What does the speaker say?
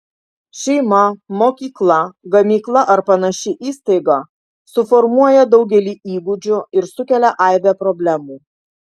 šeima mokykla gamykla ar panaši įstaiga suformuoja daugelį įgūdžių ir sukelia aibę problemų